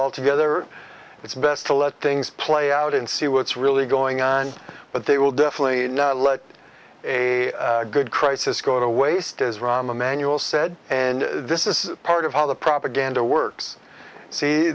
all together it's best to let things play out and see what's really going on but they will definitely not let a good crisis go to waste as rahm emanuel said and this is part of how the propaganda works see